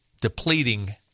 depleting –